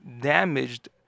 damaged